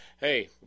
Hey